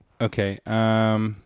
Okay